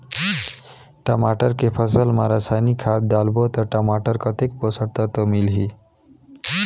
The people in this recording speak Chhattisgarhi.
टमाटर के फसल मा रसायनिक खाद डालबो ता टमाटर कतेक पोषक तत्व मिलही?